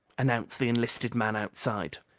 announced the enlisted man outside.